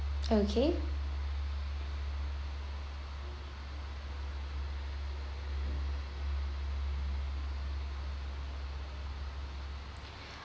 okay